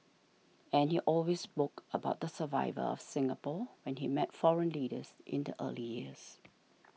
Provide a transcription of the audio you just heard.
and he always spoke about the survival of Singapore when he met foreign leaders in the early years